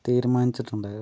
തീരുമാനിച്ചിട്ടുണ്ടായിരുന്നു